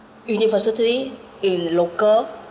university in local